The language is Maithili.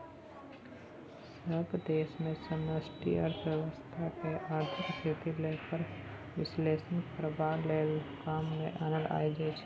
सभ देश मे समष्टि अर्थशास्त्र केँ आर्थिक स्थिति केर बिश्लेषण करबाक लेल काम मे आनल जाइ छै